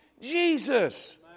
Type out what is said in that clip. Jesus